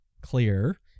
clear